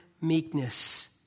meekness